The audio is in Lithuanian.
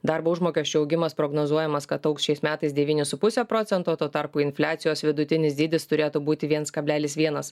darbo užmokesčio augimas prognozuojamas kad augs šiais metais devyni su puse procento tuo tarpu infliacijos vidutinis dydis turėtų būti viens kablelis vienas